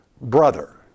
brother